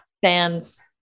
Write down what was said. fans